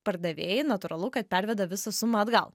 pardavėjai natūralu kad perveda visą sumą atgal